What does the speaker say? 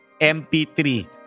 MP3